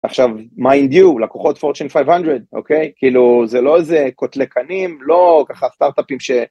עכשיו mind you לקוחות fortune 500, כאילו זה לא איזה קוטלי קנים, לא ככה סטארט-אפים ש...